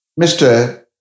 Mr